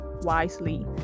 wisely